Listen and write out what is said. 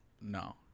No